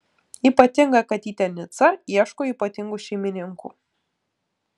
ypatinga katytė nica ieško ypatingų šeimininkų